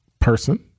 person